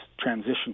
transition